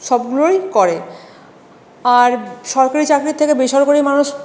সবগুলোই করে আর সরকারি চাকরির থেকে বেসরকারি মানুষ